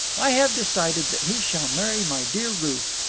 i have decided that he shall marry my dear ruth.